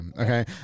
Okay